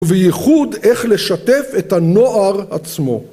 ובייחוד איך לשתף את הנוער עצמו.